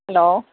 hello